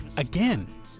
Again